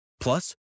Plus